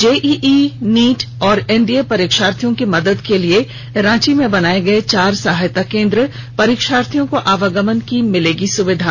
JEE NEET और NDA परीक्षार्थियों की मदद के लिए रांची में बनाए गए चार सहायता केंद्र परीक्षार्थियों को आवागमन की मिलेगी सुविधा